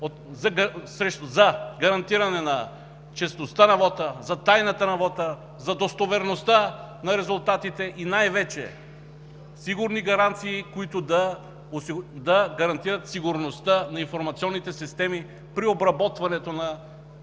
гаранции за честността на вота, за тайната на вота, за достоверността на резултатите и най-вече сигурни гаранции, които да гарантират сигурността на информационните системи при обработването на